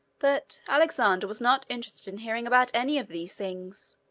that alexander was not interested in hearing about any of these things.